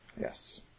Yes